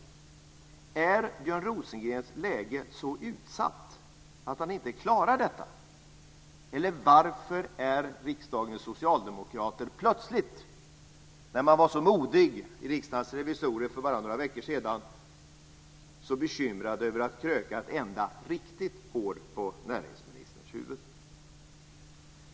Är Björn Rosengrens läge så utsatt att han inte klarar detta? Eller varför är riksdagens socialdemokrater plötsligt, när man var så modig i Riksdagens revisorer för bara några veckor sedan, så bekymrade över att kröka ett enda riktigt hår på näringsministerns huvud?